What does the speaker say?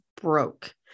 broke